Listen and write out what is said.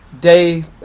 day